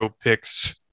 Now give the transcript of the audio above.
picks